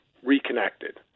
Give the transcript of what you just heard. Reconnected